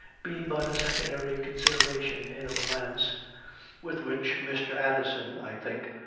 be but a secondary consideration in a romance with which mr. addison, i think,